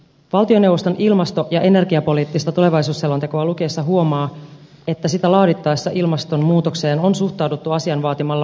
valtioneuvoston ilmasto ja energiapoliittista tulevaisuusselontekoa lukiessa huomaa että sitä laadittaessa ilmastonmuutokseen on suhtauduttu asian vaatimalla vakavuudella